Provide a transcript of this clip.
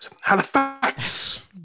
Halifax